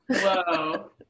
Whoa